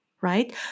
right